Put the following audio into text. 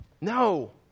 No